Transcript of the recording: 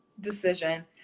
decision